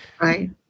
Right